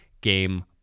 game